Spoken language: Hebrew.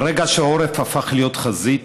מהרגע שהעורף הפך להיות חזית,